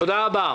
תודה רבה.